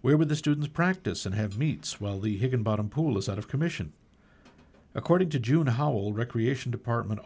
where were the students practice and have meets well the higginbottom pool is out of commission according to judah howell recreation department